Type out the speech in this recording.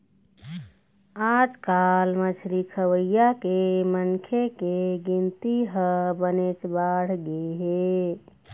आजकाल मछरी खवइया मनखे के गिनती ह बनेच बाढ़गे हे